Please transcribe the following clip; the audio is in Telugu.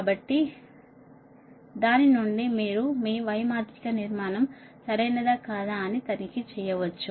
కాబట్టి దాని నుండి మీరు మీ y మాత్రిక నిర్మాణం సరైనదా కాదా అని తనిఖీ చేయవచ్చు